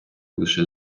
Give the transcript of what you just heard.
лише